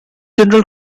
general